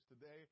today